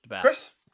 Chris